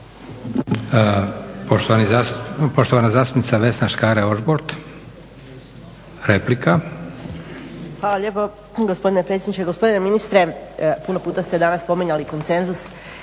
Poštovana zastupnica Vesna Škare-Ožbolt. Replika. **Škare Ožbolt, Vesna (DC)** Hvala lijepo gospodine predsjedniče. Gospodine ministre, puno puta ste danas spominjali konsenzus.